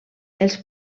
els